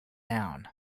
down